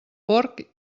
porc